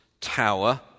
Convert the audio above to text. tower